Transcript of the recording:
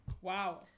wow